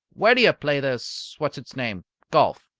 where do you play this what's-its-name golf?